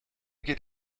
geht